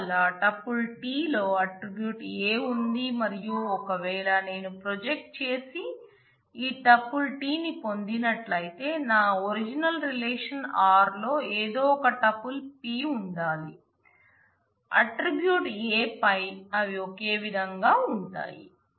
అందువల్ల tuple t లో attribute A ఉంది మరియు ఒకవేళ నేను ప్రొజెక్ట్ చేసి ఈ ట్యుపుల్ t ని పొందినట్లయితే నా ఒరిజినల్ రిలేషన్ r లో ఏదో ఒక టుపుల్ p ఉండాలి ఆట్రిబ్యూట్ A పై అవి ఒకేవిధంగా ఉంటాయి